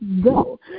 go